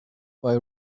bei